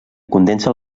condensa